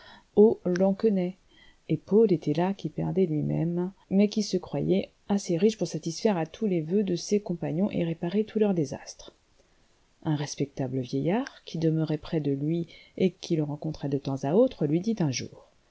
lansquenet et paul était là qui perdait lui-même mais qui se croyait assez riche pour satisfaire à tous les vœux de ses compagnons et réparer tous leurs désastres un respectable vieillard qui demeurait près de lui et qui le rencontrait de temps à autre lui dit un jour